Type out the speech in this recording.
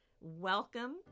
Welcome